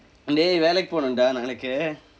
dey வேலைக்கு போனும்:veelaikku poonum dah நாளைக்கு:naalaikku